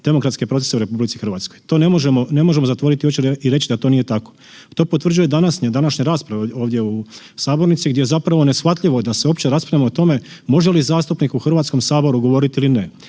demokratske procese u RH. To ne možemo zatvoriti oči i reći da to nije tako. To potvrđuje današnja rasprava ovdje u sabornici gdje je zapravo neshvatljivo da se uopće raspravljamo o tome može li zastupnik u HS-u govoriti ili ne.